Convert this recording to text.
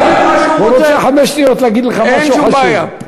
הוא רוצה חמש שניות להגיד לך משהו חשוב.